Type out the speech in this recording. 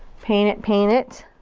paint it, paint it.